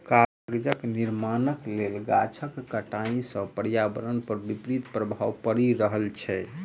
कागजक निर्माणक लेल गाछक कटाइ सॅ पर्यावरण पर विपरीत प्रभाव पड़ि रहल छै